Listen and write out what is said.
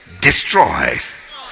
destroys